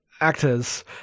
actors